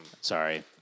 Sorry